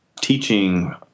teaching